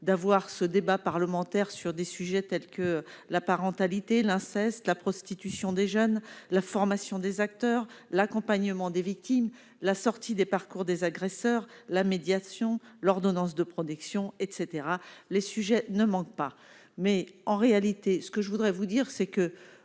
d'avoir ce débat parlementaire sur des sujets tels que la parentalité, l'inceste, la prostitution, des jeunes, la formation des acteurs, l'accompagnement des victimes, la sortie des parcours des agresseurs, la médiation, l'ordonnance de protection etc, les sujets ne manquent pas, mais en réalité, ce que je voudrais vous dire c'est que